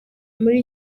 muri